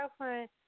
girlfriend